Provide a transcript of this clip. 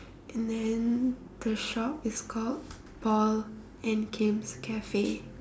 and then the shop is called Paul and Kim's cafe